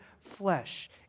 flesh